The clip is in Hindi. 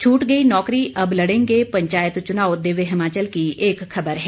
छूट गई नौकरीअब लड़ेंगे पंचायत चुनाव दिव्य हिमाचल की खबर है